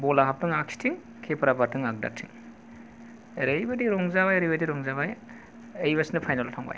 बल आ हाबदों आगसिथिं किपार आ बारदों आगदाथिं ओरैबादि रंजाबाय ओरैबादि रंजाबाय बे खेबआव फाइनेल आव थांबाय